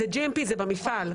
זה GMP. זה במפעל.